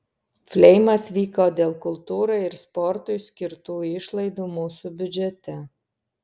fleimas vyko dėl kultūrai ir sportui skirtų išlaidų mūsų biudžete